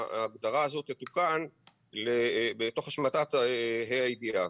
ההגדרה הזאת תתוקן בתוך השמטת ה' הידיעה.